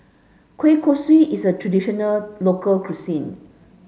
Kueh Kosui is a traditional local cuisine